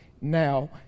now